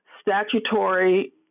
statutory